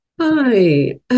hi